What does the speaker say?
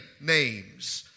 names